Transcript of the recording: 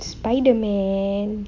spiderman